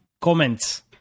Comments